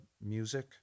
music